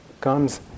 comes